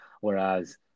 Whereas